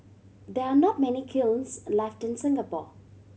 there are not many kilns left in Singapore